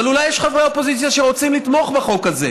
אבל אולי יש חברי אופוזיציה שרוצים לתמוך בחוק הזה,